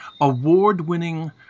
award-winning